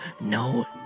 no